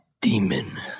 demon